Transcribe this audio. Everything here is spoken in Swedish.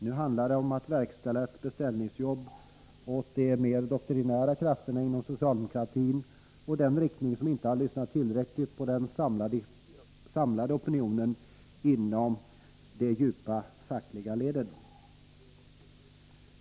Nu handlar det om att verkställa ett beställningsjobb åt de mer doktrinära krafterna inom socialdemokratin och den riktning som inte har lyssnat tillräckligt på den samlade opinionen inom de djupa fackliga leden.